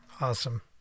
awesome